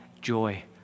joy